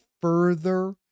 further